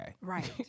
Right